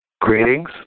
Greetings